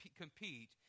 compete